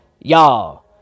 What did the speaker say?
y'all